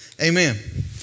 Amen